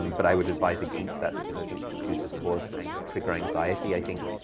um but i would advise against that because i think computers cause and trigger anxiety. i think,